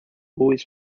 always